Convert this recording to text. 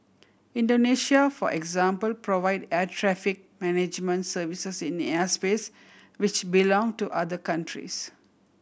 Indonesia for example provide air traffic management services in airspace which belong to other countries